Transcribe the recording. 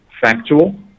factual